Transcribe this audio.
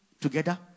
together